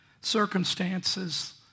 circumstances